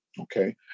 Okay